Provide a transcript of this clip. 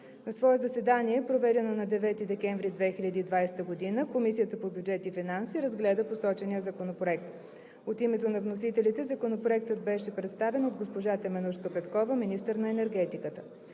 На заседание, проведено на 9 декември 2020 г., Комисията по бюджет и финанси разгледа посочения законопроект. От името на вносителите Законопроектът беше представен от госпожа Теменужка Петкова – министър на енергетиката.